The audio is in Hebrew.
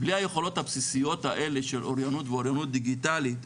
בלי היכולות הבסיסיות האלה של אוריינות ואוריינות דיגיטלית,